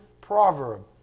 proverb